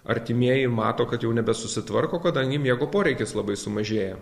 artimieji mato kad jau nebesusitvarko kadangi miego poreikis labai sumažėja